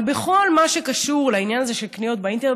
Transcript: אבל בכל מה שקשור לעניין הזה של קניות באינטרנט,